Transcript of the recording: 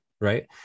Right